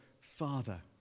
Father